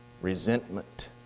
Resentment